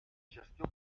gestió